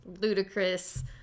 Ludicrous